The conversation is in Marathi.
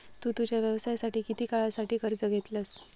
तु तुझ्या व्यवसायासाठी किती काळासाठी कर्ज घेतलंस?